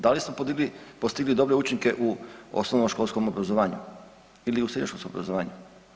Da li smo postigli dobre učinke u osnovnoškolskom obrazovanju ili u srednjoškolskom obrazovanju?